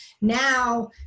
now